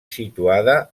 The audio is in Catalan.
situada